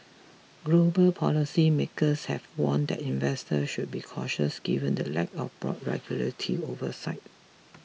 global policy makers have warned that investor should be cautious given the lack of broad regulatory oversight